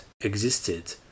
existed